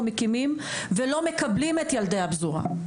מקימים על שלא מקבלים את ילדי הפזורה.